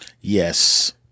Yes